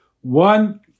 One